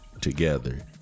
together